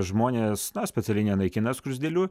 žmonės specialiai nenaikina skruzdėlių